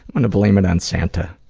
i'm gonna blame it on santa.